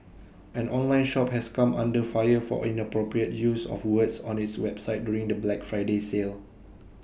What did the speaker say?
an online shop has come under fire for inappropriate use of words on its website during the Black Friday sale